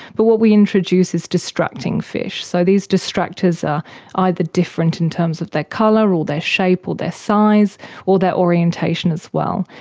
but what we introduce is distracting fish, so these distractors are either different in terms of their colour or their shape or their size or their orientation as well.